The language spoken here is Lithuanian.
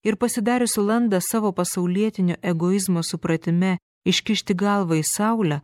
ir pasidarius sau landą savo pasaulietinio egoizmo supratime iškišti galvą į saulę